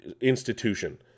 institution